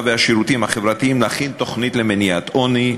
והשירותים החברתיים להכין תוכנית למניעת עוני,